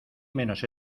menos